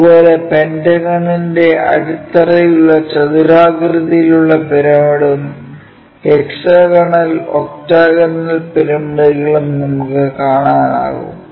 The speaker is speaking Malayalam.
അതുപോലെ പെന്റഗണിന്റെ അടിത്തറയുള്ള ചതുരാകൃതിയിലുള്ള പിരമിഡും ഹെക്സഗണൾ ഒക്ട്ഗണൾ പിരമിഡുകളും നമുക്ക് കാണാനാകും